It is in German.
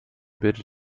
bildet